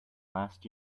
last